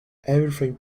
everything